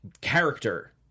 character